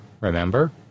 remember